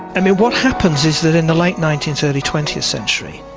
i mean, what happens is that in the late nineteenth, early twentieth century,